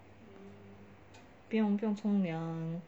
不不用冲凉